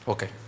Okay